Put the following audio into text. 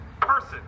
person